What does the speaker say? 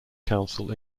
council